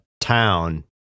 town